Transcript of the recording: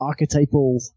archetypal